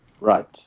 Right